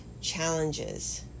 challenges